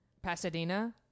pasadena